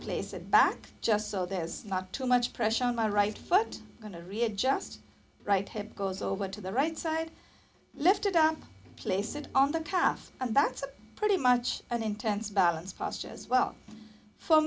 place it back just so there's not too much pressure on my right foot going to readjust right hip goes over to the right side left to place it on the calf and that's pretty much an intense balance posture as well for